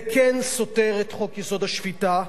זה כן סותר את חוק-יסוד: השפיטה,